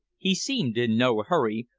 he seemed in no hurry,